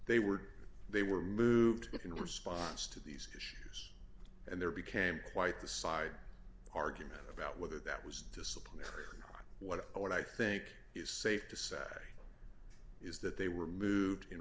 they were they were moved in response to these issues and there became quite the side argument about whether that was disappointing what what i what i think is safe to say is that they were moved in